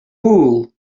wool